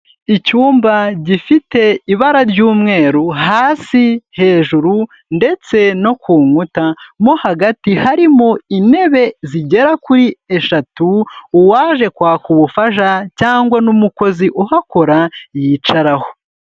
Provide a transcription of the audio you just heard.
Icyumba gifite ibara ry'umweru hasi, hejuru ndetse no ku nkuta, mo hagati harimo intebe zigera kuri eshatu, uwaje kwaka ubufasha cyangwa n'umukozi uhakora yicaraho.